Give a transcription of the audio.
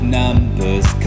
numbers